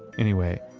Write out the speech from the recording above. anyway,